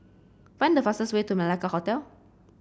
find the fastest way to Malacca Hotel